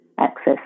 access